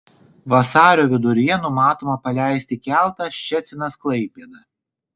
vasario viduryje numatoma paleisti keltą ščecinas klaipėda